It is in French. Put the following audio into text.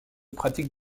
pratiquent